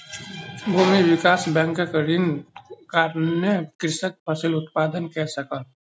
भूमि विकास बैंकक ऋणक कारणेँ कृषक फसिल उत्पादन कय सकल